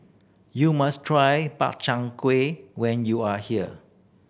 you must try Makchang Gui when you are here